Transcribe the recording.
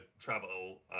travel